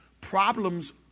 Problems